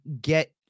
get